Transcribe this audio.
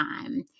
time